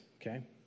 okay